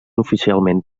oficialment